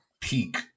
peak